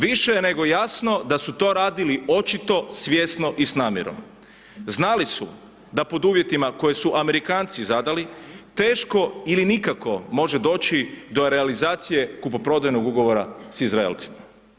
Više je nego jasno da su to radili očito svjesno i s namjerom, znali su da pod uvjetima koje su Amerikanci zadali teško ili nikako može doći do realizacije kupoprodajnog ugovora s Izraelcima.